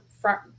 front